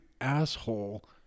asshole